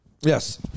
Yes